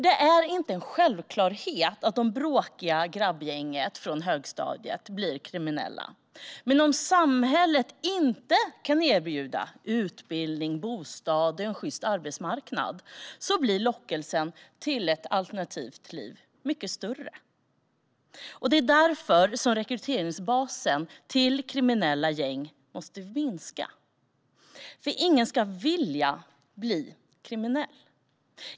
Det är inte en självklarhet att det bråkiga grabbgänget från högstadiet blir kriminella, men om samhället inte kan erbjuda utbildning, bostad och en sjyst arbetsmarknad blir lockelsen till ett alternativt liv mycket större. Det är därför rekryteringsbasen till kriminella gäng måste minska. Ingen ska vilja bli kriminell.